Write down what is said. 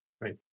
Right